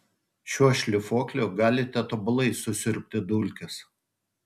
šiuo šlifuokliu galite tobulai susiurbti dulkes